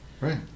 Right